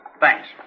Thanks